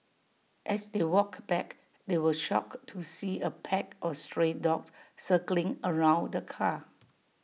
as they walked back they were shocked to see A pack of stray dogs circling around the car